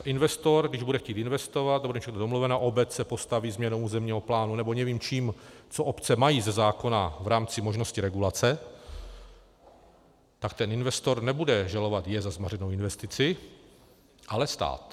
Investor, když bude chtít investovat, nebo když je to domluveno, obec si postaví změnu územního plánu, nebo nevím čím, co obce mají ze zákona v rámci možnosti regulace, tak ten investor nebude žalovat je za zmařenou investici, ale stát.